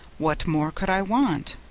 what more could i want?